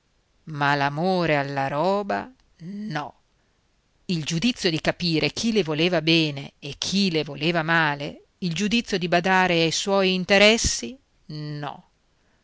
ma l'amore alla roba no il giudizio di capire chi le voleva bene e chi le voleva male il giudizio di badare ai suoi interessi no